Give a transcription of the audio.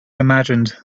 imagined